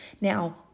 Now